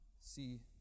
see